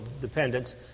dependence